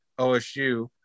osu